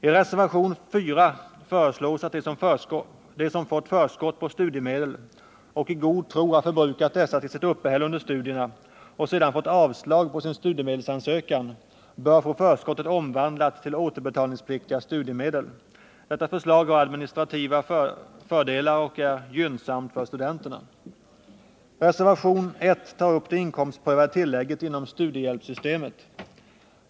I reservation 4 föreslås att de som fått förskott på studiemedel och i god tro har förbrukat dessa till sitt uppehälle under studierna, och sedan fått avslag på sin studiemedelsansökan, skall få förskottet omvandlat till återbetalningspliktiga studiemedel. Detta förslag har administrativa fördelar och är gynnsamt för studenterna. Reservation 1 tar upp det inkomstprövade tillägget inom studiehjälpssystemet.